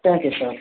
thank you sir